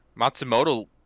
Matsumoto